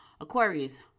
Aquarius